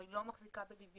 אבל היא לא מחזיקה בלווייתן.